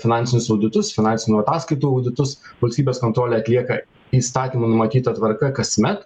finansinius auditus finansinių ataskaitų auditus valstybės kontrolė atlieka įstatymų numatyta tvarka kasmet